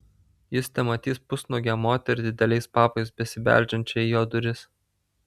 jis tematys pusnuogę moterį dideliais papais besibeldžiančią į jo duris